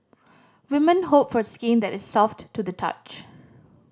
women hope for skin that is soft to the touch